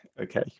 Okay